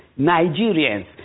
Nigerians